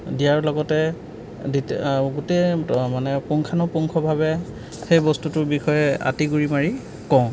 দিয়াৰ লগতে গোটেই মানে পুঙ্খানুপুঙ্খভাৱে সেই বস্তুটোৰ বিষয়ে আঁতিগুৰি মাৰি কওঁ